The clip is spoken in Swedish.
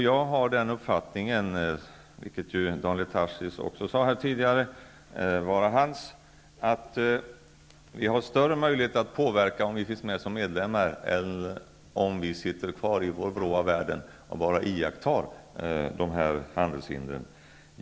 Jag har den uppfattningen, vilken Daniel Tarschys tidigare också sade sig ha, att vi har större möjlighet att påverka om vi är medlemmar än om vi sitter kvar i vår vrå av världen och bara iakttar handelshindren.